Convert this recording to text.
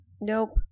Nope